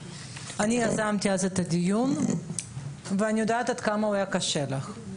אני יזמתי אז את הדיון ואני יודעת עד כמה הוא היה קשה לך.